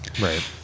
Right